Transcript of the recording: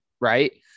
right